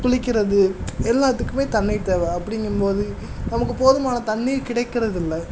குளிக்கிறது எல்லாத்துக்குமே தண்ணி தேவை அப்படிங்கும்போது நமக்கு போதுமான தண்ணீர் கிடைக்கறதில்லை